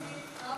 רב-תרבותי.